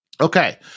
okay